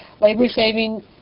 labor-saving